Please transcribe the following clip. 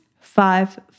five